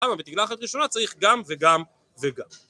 למה בתגלחת ראשונה צריך גם וגם וגם